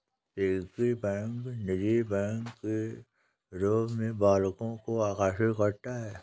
piggy bank निजी bank के रूप में बालकों को आकर्षित करता है